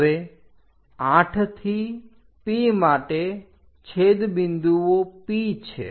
હવે 8 થી P માટે છેદબિંદુઓ P છે